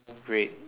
red